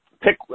pick